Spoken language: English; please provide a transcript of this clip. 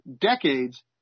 decades